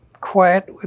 quiet